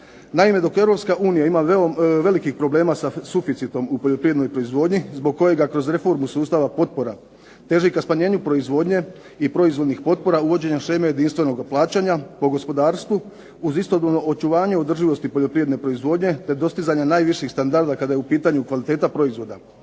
Naime, dok Europska unija ima veliki problem sa suficitom u poljoprivrednoj proizvodnji zbog kojega kroz reformu sustava potpora teži ka smanjenju proizvodnje i proizvodnih potpora uvođenja šeme jedinstvenog plaćanja po gospodarstvu uz istodobno očuvanje održivosti poljoprivredne proizvodnje, te dostizanja najviših standarda kada je u pitanju kvaliteta proizvoda,